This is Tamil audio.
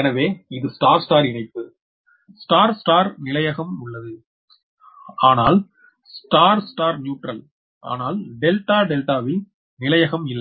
எனவே இது ஸ்டார் ஸ்டார் இணைப்பு ஸ்டார் ஸ்டார் நிலையகம் உள்ளது ஆனால் டெல்டா டெல்டா வில் நிலையகம் இல்லை